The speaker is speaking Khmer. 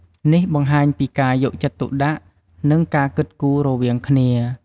នេះបង្ហាញពីការយកចិត្តទុកដាក់ និងការគិតគូររវាងគ្នា។